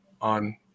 on